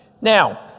Now